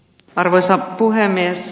arvoisa puhemies